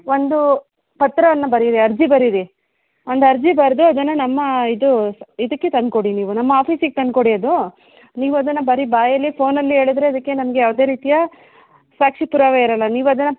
ಒಂದು ಪತ್ರವನ್ನು ಬರೀರಿ ಅರ್ಜಿ ಬರೀರಿ ಒಂದು ಅರ್ಜಿ ಬರೆದು ಅದನ್ನ ನಮ್ಮ ಇದು ಇದಕ್ಕೆ ತಂದು ಕೊಡಿ ನೀವು ನಮ್ಮ ಆಫೀಸಿಗೆ ತಂದು ಕೊಡಿ ಅದು ನೀವು ಅದನ್ನ ಬರೀ ಬಾಯಲ್ಲಿ ಫೋನಲ್ಲಿ ಹೇಳಿದರೆ ಅದಕ್ಕೆ ನಮಗೆ ಯಾವುದೇ ರೀತಿಯ ಸಾಕ್ಷಿ ಪುರಾವೆ ಇರೋಲ್ಲ ನೀವು ಅದನ್ನು